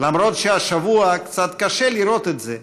למרות שהשבוע קצת קשה לראות את זה,